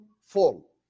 fall